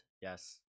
Yes